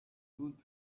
good